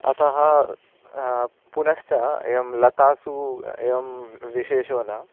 अतः पुनश्च एवं लतासु एवं विशेषो न